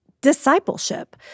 discipleship